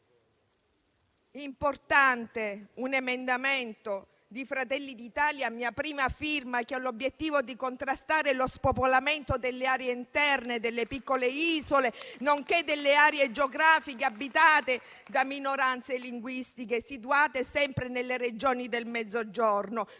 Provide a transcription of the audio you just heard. importante un emendamento di Fratelli d'Italia, a mia prima firma, che ha l'obiettivo di contrastare lo spopolamento delle aree interne, delle piccole isole, nonché delle aree geografiche abitate da minoranze linguistiche, situate sempre nelle Regioni del Mezzogiorno,